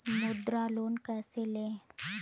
मुद्रा लोन कैसे ले?